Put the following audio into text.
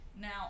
Now